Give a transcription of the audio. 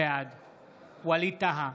בעד ווליד טאהא,